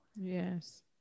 Yes